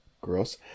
gross